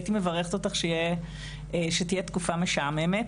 הייתי מברכת אותך שתהיה תקופה משעממת,